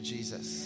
Jesus